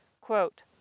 quote